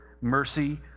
mercy